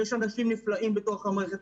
יש אנשים נפלאים בתוך המערכת,